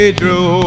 true